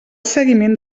seguiment